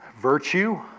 Virtue